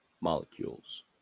molecules